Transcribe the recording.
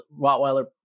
Rottweiler